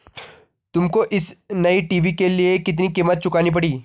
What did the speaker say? तुमको इस नए टी.वी के लिए कितनी कीमत चुकानी पड़ी?